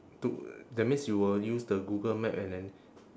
to that means you will use the google map and then